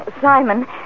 Simon